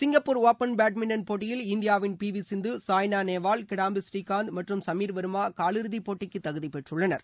Singapore open badminton போட்டியில் இந்தியாவின் P V Sindhu Saina Nehwal Kidambi Srikanth மற்றும் சமீர் வர்மா காவிறுதி போட்டிக்கு தகுதி பெற்றுள்ளனா